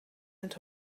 het